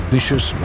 Vicious